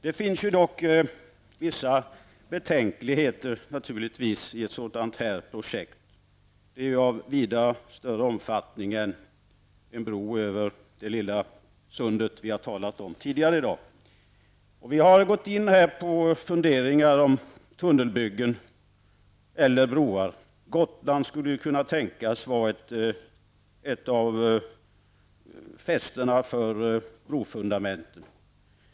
Det finns dock naturligtvis vissa betänkligheter i ett sådant här projekt, som ju är av vida större omfattning än en bro över det lilla sund vi tidigare i dag har talat om. Vi har i detta sammanhang gått in på funderingar om tunnelbyggen eller broar. Gotland skulle ju kunna tänkas vara ett av fästena för brofundamenten.